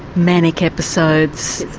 manic episodes,